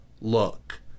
look